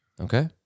Okay